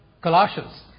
Colossians